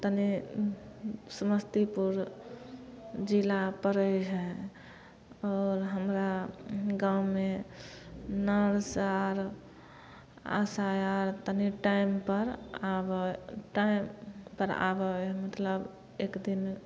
तनि समस्तीपुर जिला पड़ै हइ आओर हमरा गाँवमे नर्स आर आशा आर तनि टाइमपर आबै टाइमपर आबै हइ मतलब एक दिन